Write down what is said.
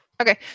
okay